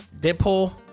deadpool